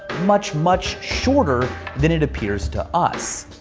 much much shorter than it appears to us.